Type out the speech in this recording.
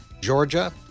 Georgia